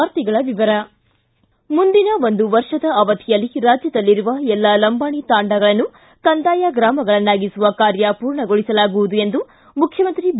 ವಾರ್ತೆಗಳ ವಿವರ ಮುಂದಿನ ಒಂದು ವರ್ಷದ ಅವಧಿಯಲ್ಲಿ ರಾಜ್ಯದಲ್ಲಿರುವ ಎಲ್ಲಾ ಲಂಬಾಣಿ ತಾಂಡಗಳನ್ನು ಕಂದಾಯ ಗ್ರಾಮಗಳನ್ನಾಗಿಸುವ ಕಾರ್ಯ ಪೂರ್ಣಗೊಳಿಸಲಾಗುವುದು ಎಂದು ಮುಖ್ಯಮಂತ್ರಿ ಬಿ